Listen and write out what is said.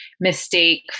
mistake